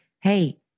hey